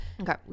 okay